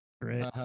Great